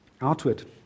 Outward